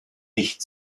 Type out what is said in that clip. nicht